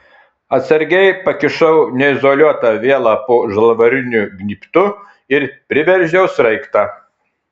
atsargiai pakišau neizoliuotą vielą po žalvariniu gnybtu ir priveržiau sraigtą